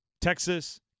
Texas